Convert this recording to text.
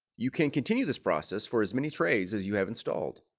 you can continue this process for his many trays as you have installed.